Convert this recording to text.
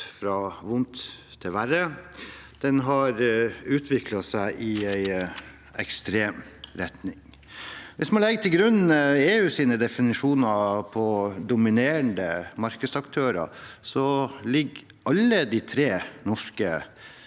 fra vondt til verre. Den har utviklet seg i en ekstrem retning. Hvis man legger til grunn EUs definisjon av dominerende markedsaktører, faller alle de tre norske